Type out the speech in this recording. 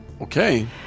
Okay